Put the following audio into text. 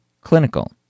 clinical